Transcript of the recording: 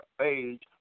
age